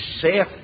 safe